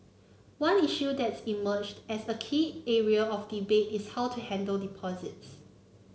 one issue that's emerged as a key area of debate is how to handle deposits